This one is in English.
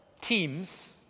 teams